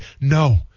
No